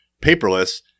paperless